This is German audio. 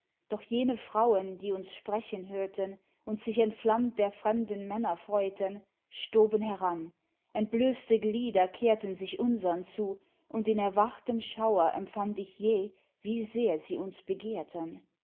doch jene frauen die uns sprechen hörten und sich entflammt der fremden männer freuten stoben heran entblößte glieder kehrten sich unsern zu und in erwachtem schauer empfand ich jäh wie sehr sie uns begehrten